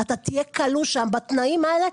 אתה תהיה כלוא שם בתנאים האלה,